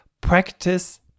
practice